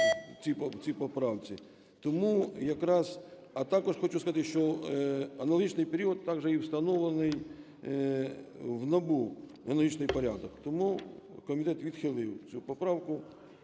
А також хочу сказати, що аналогічний період також і встановлений в НАБУ, аналогічний порядок. Тому комітет відхилив цю поправку,